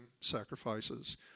sacrifices